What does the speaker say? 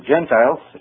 Gentiles